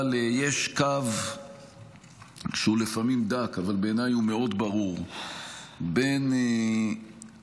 אבל יש קו שהוא לפעמים דק אבל בעיניי הוא מאוד ברור בין מה